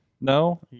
No